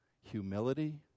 humility